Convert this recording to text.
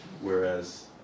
Whereas